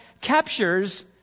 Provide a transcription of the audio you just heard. captures